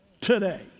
today